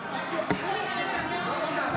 (קוראת בשמות חברי